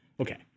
Okay